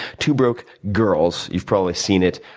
two broke girls. you've probably seen it,